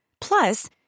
Plus